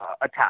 attack